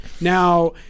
Now